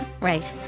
right